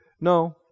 No